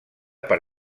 per